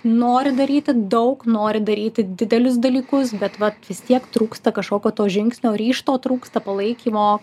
nori daryti daug nori daryti didelius dalykus bet vat vis tiek trūksta kažkokio to žingsnio ryžto trūksta palaikymo